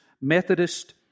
Methodist